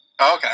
Okay